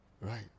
right